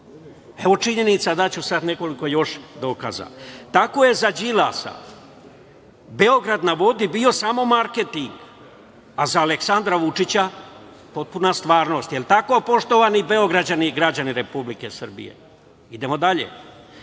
činjenica. Daću sad nekoliko još dokaza. Tako je za Đilasa „Beograd na vodi“ bio samo marketing, a za Aleksandra Vučića potpuna stvarnost. Da li je tako, poštovani Beograđani građani Republike Srbije? Idemo dalje. Tako